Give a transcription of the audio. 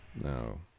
No